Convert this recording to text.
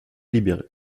libéré